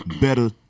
better